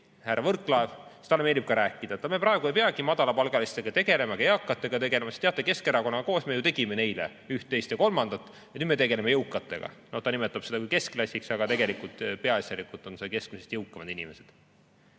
siis talle meeldib ka rääkida, et me praegu ei peagi madalapalgaliste ega eakatega tegelema, sest teate, Keskerakonnaga koos me ju tegime neile üht, teist ja kolmandat, nüüd me tegeleme jõukatega. Ta nimetab seda küll keskklassiks, aga tegelikult peaasjalikult on need keskmisest jõukamad inimesed.